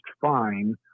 fine